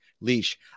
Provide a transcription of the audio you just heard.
leash